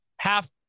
half